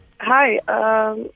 Hi